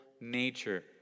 nature